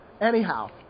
Anyhow